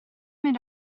mynd